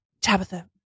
Tabitha